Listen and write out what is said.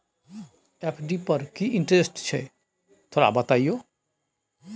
FD पर की interest छय थोरा बतईयो?